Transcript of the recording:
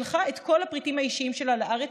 שלחה את כל הפריטים האישיים שלה לארץ